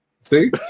See